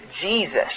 Jesus